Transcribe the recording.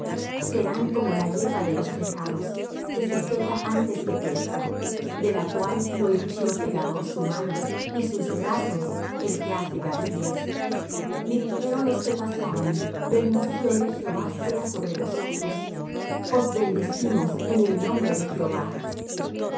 serán como la hierba de los tejados que se seca antes que crezca de la cual no hinchió segador su mano ni sus brazos el que hace gavillas ni dijeron los que pasaban bendición de jehová sea sobre vosotros os bendecimos en el nombre de jehová